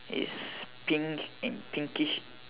is pink pinkish